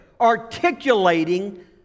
articulating